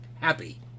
happy